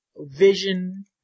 vision